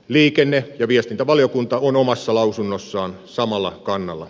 liikenne ja viestintävaliokunta on omassa lausunnossaan samalla kannalla